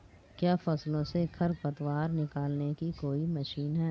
क्या फसलों से खरपतवार निकालने की कोई मशीन है?